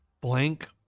Blank